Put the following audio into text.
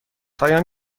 هایم